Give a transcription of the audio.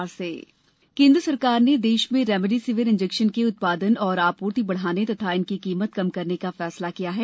remdesivir injection केंद्र सरकार ने देश में रेमडेसिविर इंजेक्शन के उत्पादन और आपूर्ति बढाने तथा इसकी कीमत कम करने का फैसला किया है